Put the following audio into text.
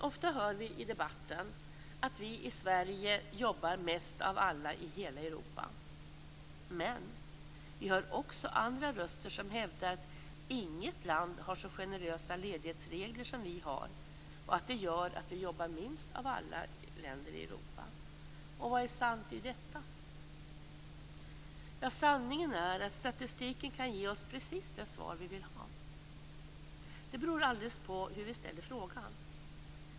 Ofta hör vi i debatten att vi i Sverige jobbar mest av alla i hela Europa. Men vi hör också andra röster som hävdar att inget land har så generösa ledighetsregler som vi har och att det gör att vi jobbar minst av alla länder i Europa. Vad är sant i detta? Sanningen är att statistiken kan ge oss precis det svar som vi vill ha. Det beror alldeles på hur vi ställer frågan.